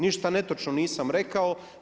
Ništa netočno nisam rekao.